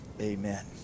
Amen